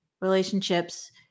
relationships